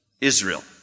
Israel